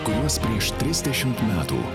kuriuos prieš trisdešimt metų